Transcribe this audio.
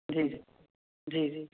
جی جی جی جی